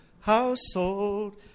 household